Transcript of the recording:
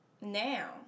now